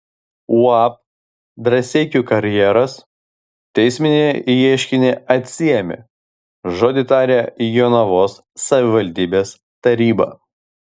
uab drąseikių karjeras teisminį ieškinį atsiėmė žodį tarė jonavos savivaldybės taryba